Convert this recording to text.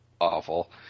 awful